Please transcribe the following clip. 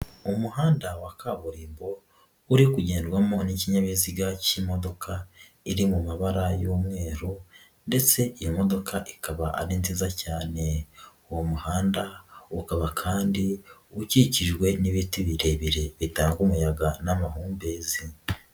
Umuhanda wa kaburimbo uri kugendwamo n'ikinyabiziga k'imodoka iri mu mabara y'umweru ndetse iyi modoka ikaba ari nziza cyane, uwo muhanda ukaba kandi ukikijwe n'ibiti birebire bitanga umuyaga n'amahumbezi.